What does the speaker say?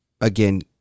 again